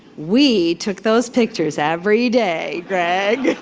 we took those pictures every day, greg.